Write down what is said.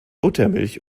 buttermilch